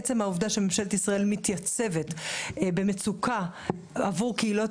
עצם העובדה שממשלת ישראל מתייצבת במצוקה עבור קהילות